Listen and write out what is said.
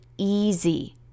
easy